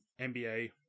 NBA